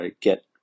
get